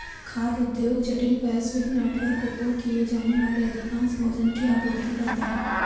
खाद्य उद्योग जटिल, वैश्विक नेटवर्क, उपभोग किए जाने वाले अधिकांश भोजन की आपूर्ति करता है